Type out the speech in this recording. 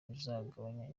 bizagabanya